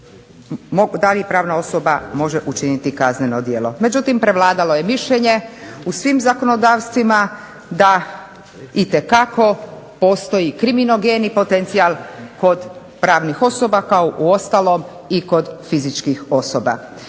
da li pravna osoba može učiniti kazneno djelo. Međutim, prevladalo je mišljenje u svim zakonodavstvima da itekako postoji kriminogeni potencijal kod pravnih osoba kao uostalom i kod fizičkih osoba.